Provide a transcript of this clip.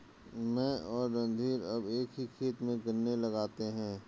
मैं और रणधीर अब एक ही खेत में गन्ने लगाते हैं